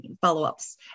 follow-ups